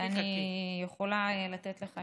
אני יכולה לתת לך.